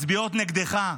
מצביעה נגדך,